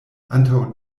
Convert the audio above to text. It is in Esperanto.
antaŭ